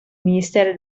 ministero